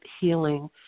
healing